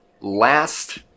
last